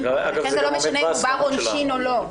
פה ולכן זה לא משנה אם הוא בר עונשין או לא.